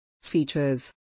Features